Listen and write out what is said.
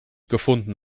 gefunden